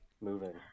moving